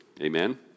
Amen